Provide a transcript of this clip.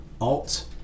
alt